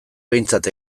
behintzat